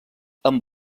amb